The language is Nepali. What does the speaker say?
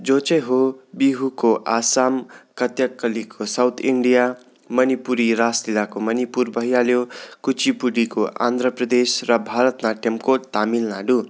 जो चाहिँ हो बिहुको आसाम कथकलीको साउथ इन्डिया मणिपुरी रासलिलाको मणिपुर भइहाल्यो कुचिपुडीको आन्द्र प्रदेश र भारत नाट्यमको तामिलनाडू